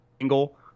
angle